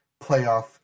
Playoff